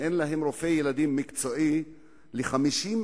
חשבתי שאני יושב על הכיסא שלי.